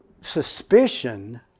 suspicion